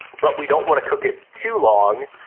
but we don't wanna cook it too long,